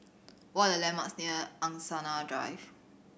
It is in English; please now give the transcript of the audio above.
what are the landmarks near Angsana Drive